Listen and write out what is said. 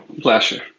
Pleasure